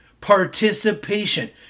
participation